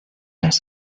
las